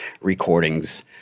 recordings